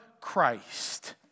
Christ